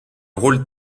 rôle